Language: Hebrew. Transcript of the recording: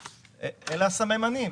הדברים,